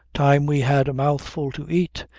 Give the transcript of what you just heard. time we had a mouthful to eat,